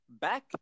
back